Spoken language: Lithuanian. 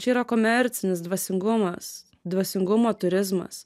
čia yra komercinis dvasingumas dvasingumo turizmas